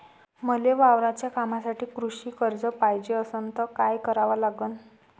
मले वावराच्या कामासाठी कृषी कर्ज पायजे असनं त काय कराव लागन?